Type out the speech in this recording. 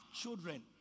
children